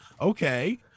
okay